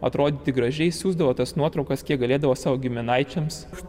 atrodyti gražiai siųsdavo tas nuotraukas kiek galėdavo savo giminaičiams